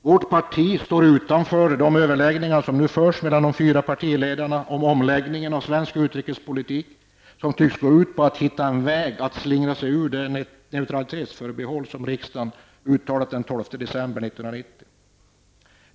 Vårt parti står utanför de överläggningar som nu förs mellan de fyra partiledarna om en omläggning av svensk utrikespolitik. Överläggningarna tycks gå ut på att man skall hitta en väg för att kunna slingra sig från det neutralitetsförbehåll som riksdagen uttalade den 12 december 1990.